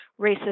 racist